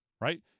Right